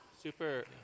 Super